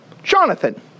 Jonathan